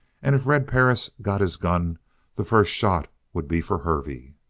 and if red perris got his gun the first shot would be for hervey.